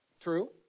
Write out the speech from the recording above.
true